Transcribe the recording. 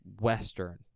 Western